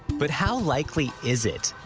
but how likely is it?